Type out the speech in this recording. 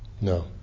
No